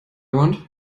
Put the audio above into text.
want